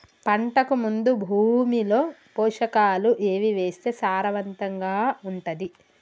పంటకు ముందు భూమిలో పోషకాలు ఏవి వేస్తే సారవంతంగా ఉంటది?